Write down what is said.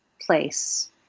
place